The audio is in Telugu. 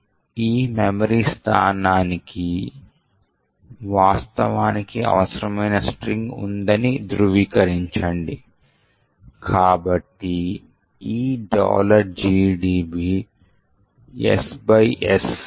కాబట్టి ఇప్పుడు ఏమి జరగబోతోంది అంటే ఫంక్షన్ వాస్తవానికి రిటర్న్ వచ్చినప్పుడు ఇది మనము ఇక్కడ పేర్కొన్న ఈ ప్రత్యేక చిరునామాకు రిటర్న్ వెళ్తుంది మరియు ఇది స్టాక్లోని రిటర్న్ చిరునామా స్థానంలో ఉంటుంది మరియు ఇది ఎగ్జిక్యూట్ చేయడానికి లిబ్క్ లోని సిస్టమ్ ఫంక్షన్ను ప్రేరేపిస్తుంది